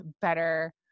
better